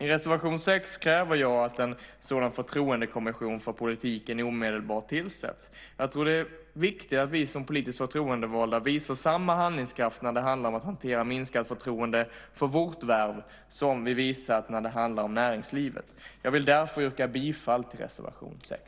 I reservation 6 kräver jag att en förtroendekommission för politiken omedelbart tillsätts. Jag tror att det är viktigt att vi som politiskt förtroendevalda visar samma handlingskraft när det gäller att hantera minskat förtroende för vårt värv som vi visat när det gäller näringslivet. Jag vill därför yrka bifall till reservation 6.